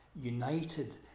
united